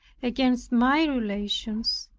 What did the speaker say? against my relations,